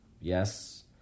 Yes